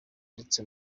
ndetse